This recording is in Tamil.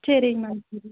சரிங்க மேம்